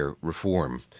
reform